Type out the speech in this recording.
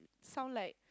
sound like